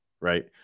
right